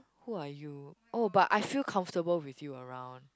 who are you oh but I feel comfortable with you around